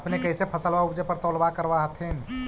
अपने कैसे फसलबा उपजे पर तौलबा करबा होत्थिन?